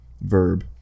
verb